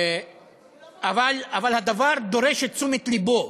אבל הדבר דורש את תשומת לבו.